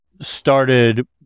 started